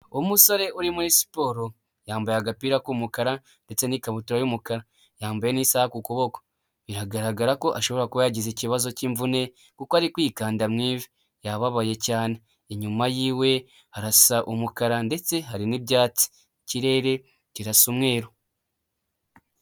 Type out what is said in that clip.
Umusore uri muri siporo, yambaye agapira k'umukara ndetse n'ikabutura y'umukara, yambaye n'isaha ku kuboko, biragaragara ko ashobora kuba yagize ikibazo cy'imvune kuko ari kwikanda mu ivi, yababaye cyane, inyuma y'iwe harasa umukara ndetse hari n'ibyatsi, ikirere kirasa umweru.